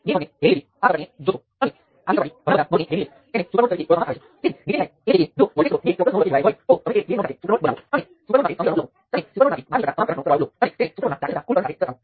તેથી મારી પાસે રેઝિસ્ટરને અનુરૂપ સામાન્ય પદ છે જે V2 × G22 G23 V3 × G23 છે જેની બરાબર શૂન્ય છે કારણ કે આ નોડમાં કરંટ દાખલ કરવા માટે ત્યાં કોઈ સ્વતંત્ર કરંટ સ્ત્રોત નથી